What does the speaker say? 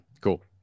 cool